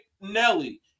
Nelly